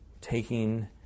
taking